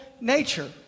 nature